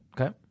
Okay